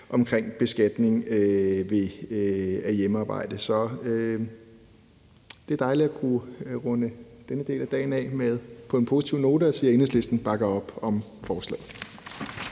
omkring beskatning af hjemmearbejde. Så det er dejligt at vi kunne runde denne del af dagen af på en positiv note og sige, at Enhedslisten bakker op om forslaget.